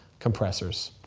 compressors,